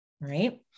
right